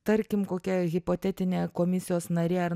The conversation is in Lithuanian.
tarkim kokia hipotetinė komisijos narė ar